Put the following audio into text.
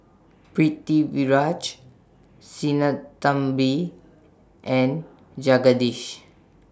Pritiviraj Sinnathamby and Jagadish